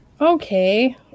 Okay